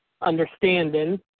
understanding